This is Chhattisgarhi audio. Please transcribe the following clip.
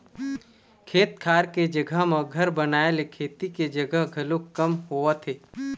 खेत खार के जघा म घर बनाए ले खेती के जघा ह घलोक कम होवत हे